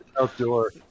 outdoor